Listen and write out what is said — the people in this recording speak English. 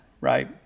right